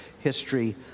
history